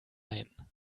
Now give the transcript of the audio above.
ein